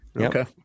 Okay